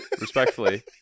respectfully